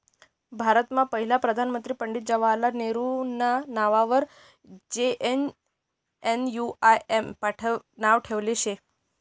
भारतमा पहिला प्रधानमंत्री पंडित जवाहरलाल नेहरू नेहरूना नाववर जे.एन.एन.यू.आर.एम नाव ठेयेल शे